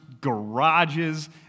garages